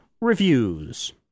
reviews